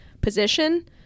position